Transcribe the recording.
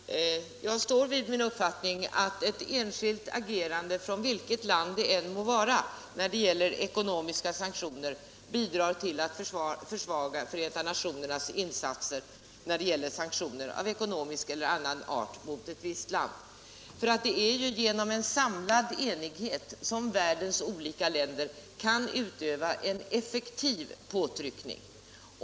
Herr talman! Jag står fast vid min uppfattning att ett enskilt agerande från vilket land det än må vara bidrar till att försvaga Förenta nationernas insatser när det gäller sanktioner av ekonomisk eller annan art mot ett visst land. Det är genom enighet som världens olika länder kan utöva en effektiv påtryckning.